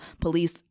police